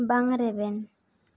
ᱵᱟᱝ ᱨᱮᱵᱮᱱ